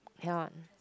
can't